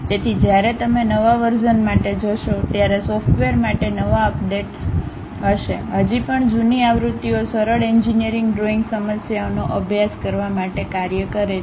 તેથી જ્યારે તમે નવા વર્ઝન માટે જશો ત્યારે સોફ્ટવેર માટે નવા અપડેટ્સ હશે હજી પણ જૂની આવૃત્તિઓ સરળ એન્જિનિયરિંગ ડ્રોઇંગ સમસ્યાઓનો અભ્યાસ કરવા માટે કાર્ય કરે છે